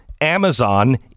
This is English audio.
Amazon